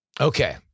Okay